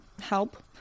help